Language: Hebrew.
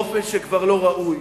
באופן שכבר לא ראוי.